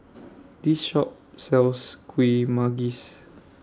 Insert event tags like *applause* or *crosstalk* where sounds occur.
*noise* This Shop sells Kuih Manggis